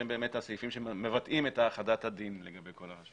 שהם הסעיפים שמבטאים את האחדת הדין לגבי כל הרשויות.